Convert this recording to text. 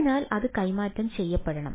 അതിനാൽ അത് കൈമാറ്റം ചെയ്യപ്പെടണം